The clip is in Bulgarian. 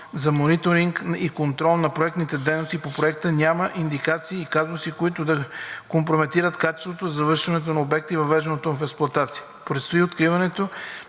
за мониторинг и контрол на проектните дейности по проекта, няма индикации и казуси, които да компрометират качественото завършване на обекта и въвеждането му в експлоатация. Предстои откриване